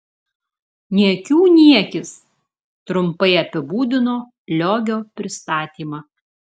niekių niekis trumpai apibūdino liogio pristatymą